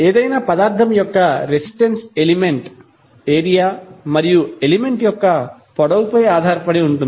ఏదైనా పదార్థం యొక్క రెసిస్టెన్స్ ఎలిమెంట్ ఏరియా మరియు ఎలిమెంట్ యొక్క పొడవుపై ఆధారపడి ఉంటుంది